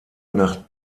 nach